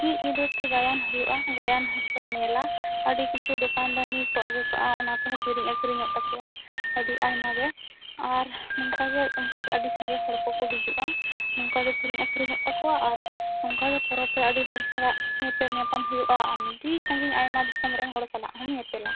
ᱢᱤᱫ ᱧᱤᱫᱟᱹ ᱛᱮ ᱜᱟᱭᱟᱱ ᱦᱩᱭᱩᱜᱼᱟ ᱜᱟᱭᱟᱱ ᱦᱚᱸ ᱠᱚ ᱧᱮᱞᱟ ᱟᱹᱰᱤ ᱠᱤᱪᱷᱩ ᱫᱚᱠᱟᱱ ᱫᱟᱹᱱᱤ ᱠᱚ ᱟᱹᱜᱩ ᱠᱟᱜᱼᱟ ᱚᱱᱟ ᱠᱚᱦᱚᱸ ᱠᱤᱨᱤᱧ ᱟᱹᱠᱷᱨᱤᱧᱚᱜ ᱛᱟᱠᱚᱣᱟ ᱟᱹᱰᱤ ᱟᱭᱢᱟ ᱜᱮ ᱟᱨ ᱱᱚᱝᱠᱟ ᱜᱮ ᱚᱝᱠᱟ ᱜᱮ ᱟᱹᱰᱤ ᱥᱟᱸᱜᱮ ᱦᱚᱲ ᱠᱚ ᱠᱚ ᱦᱤᱡᱩᱜᱼᱟ ᱱᱚᱝᱠᱟ ᱜᱮ ᱠᱤᱨᱤᱧ ᱟᱠᱷᱨᱤᱧᱚᱜ ᱛᱟᱠᱚᱣᱟ ᱟᱨ ᱱᱚᱝᱠᱟ ᱜᱮ ᱯᱚᱨᱚᱵᱽ ᱨᱮ ᱟᱹᱰᱤ ᱦᱚᱲ ᱥᱟᱞᱟᱜ ᱧᱮᱯᱮᱞ ᱧᱟᱸᱯᱟᱢ ᱦᱩᱭᱩᱜᱼᱟ ᱟᱹᱰᱤ ᱥᱟᱺᱜᱤᱧ ᱟᱭᱢᱟ ᱫᱤᱥᱚᱢ ᱨᱮᱱ ᱦᱚᱲ ᱥᱟᱞᱟᱜ ᱦᱚᱢ ᱧᱮᱯᱮᱞᱟ